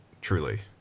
truly